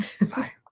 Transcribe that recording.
Bye